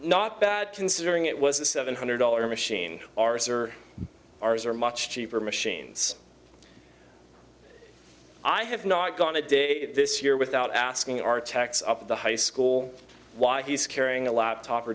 not bad considering it was a seven hundred dollar machine ours or ours are much cheaper machines i have not gone a day this year without asking our techs up the high school why he's carrying a laptop or